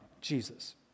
Jesus